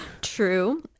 True